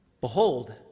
Behold